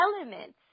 elements